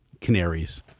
canaries